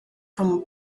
from